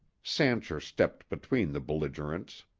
sancher stepped between the belligerents.